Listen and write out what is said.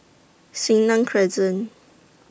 Senang Crescent